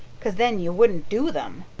cause then you wouldn't do them.